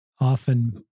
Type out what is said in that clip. Often